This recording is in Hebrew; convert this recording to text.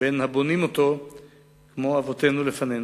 בין הבונים אותו כמו אבותינו לפנינו.